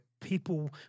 people